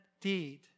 deed